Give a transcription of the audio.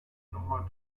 nummer